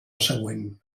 següent